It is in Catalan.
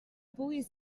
puguis